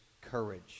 courage